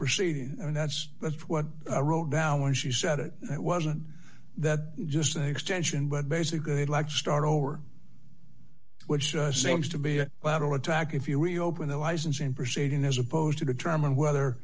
proceedings and that's that's what i wrote down when she said it it wasn't that just an extension but basically like start over which seems to be a battle attack if you reopen the licensing proceeding as opposed to determine whether